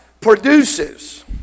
produces